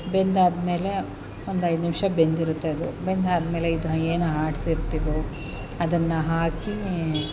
ಬೆಂದಾದ್ಮೇಲೆ ಒಂದು ಐದು ನಿಮಿಷ ಬೆಂದಿರುತ್ತೆ ಅದು ಬೆಂದಾದ್ಮೇಲೆ ಇದು ಏನು ಆಡ್ಸಿರ್ತಿವೋ ಅದನ್ನು ಹಾಕಿ